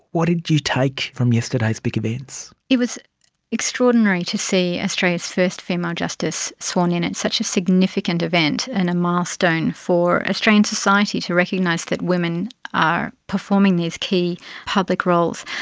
what did you take from yesterday's big events? it was extraordinary to see australia's first female justice sworn in at such a significant event and a milestone for australian society to recognise that women are performing these key public roles.